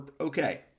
okay